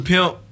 Pimp